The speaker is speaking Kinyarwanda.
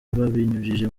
babinyujije